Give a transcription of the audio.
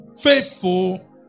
Faithful